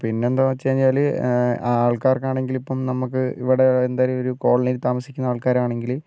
പിന്നെന്താന്നു വെച്ചുകഴിഞ്ഞാൽ ആൾക്കാർക്കാണെങ്കിലിപ്പം നമുക്ക് ഇവിടെ എന്തായായാലും ഒരു കോളനിയിൽ താമസിക്കുന്ന ആൾക്കാരാണെങ്കിൽ